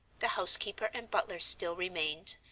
the housekeeper and butler still remained,